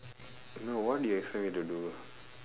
no what do you expect me to do